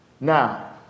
now